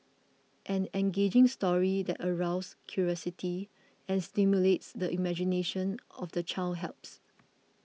an engaging story that arouse curiosity and stimulates the imagination of the child helps